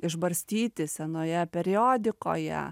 išbarstyti senoje periodikoje